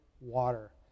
water